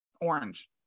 orange